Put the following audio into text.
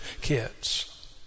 kids